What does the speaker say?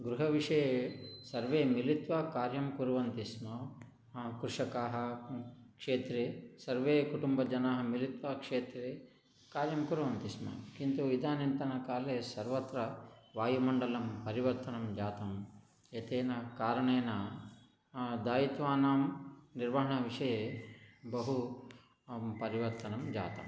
गृहविषये सर्वे मिलित्व कार्यं कुर्वन्ति स्म कृषकाः क्षेत्रे सर्वे कुटुम्बजनाः मिलित्वा क्षेत्रे कार्यं कुर्वन्ति स्म किन्तु इदानीन्तनकाले सर्वत्र वायुमण्डलं परिवर्तनं जातं एतेन कारणेन दायित्वानां निर्वहणविषये बहु परिवर्तनं जातं